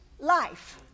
life